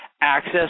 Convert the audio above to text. access